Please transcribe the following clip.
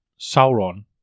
Sauron